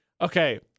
Okay